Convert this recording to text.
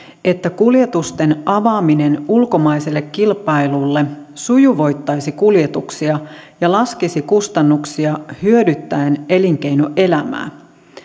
että kuljetusten avaaminen ulkomaiselle kilpailulle sujuvoittaisi kuljetuksia ja laskisi kustannuksia hyödyttäen elinkeinoelämää